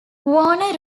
warner